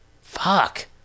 Fuck